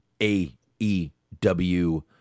AEW